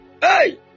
Hey